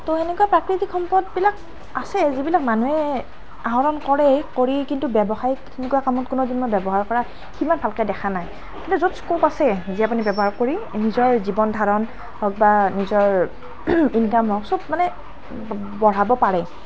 তো সেনেকুৱা প্ৰাকৃতিক সম্পদবিলাক আছেই যিবিলাক মানুহে আহৰণ কৰেই কৰি কিন্তু ব্যৱসায়িক তেনেকুৱা কামত কোনো দিন মই ব্যৱহাৰ কৰা সিমান ভালকৈ দেখা নাই কিন্তু য'ত স্কপ আছে যে আপুনি ব্যৱহাৰ কৰি নিজৰ জীৱন ধাৰণ হওক বা নিজৰ ইনকম হওক সব মানে বঢ়াব পাৰে